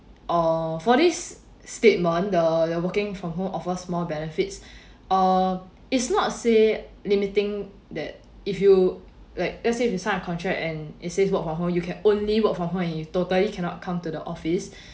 or for this statement the the working from home offers more benefits uh it's not say limiting that if you like let's say you signed a contract and it says work from home you can only work from home and you totally cannot come to the office